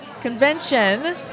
convention